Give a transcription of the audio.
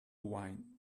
wine